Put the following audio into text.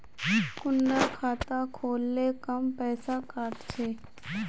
कुंडा खाता खोल ले कम पैसा काट छे?